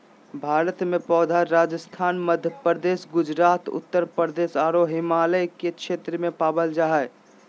भारत में पौधा राजस्थान, मध्यप्रदेश, गुजरात, उत्तरप्रदेश आरो हिमालय के क्षेत्र में पावल जा हई